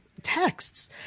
texts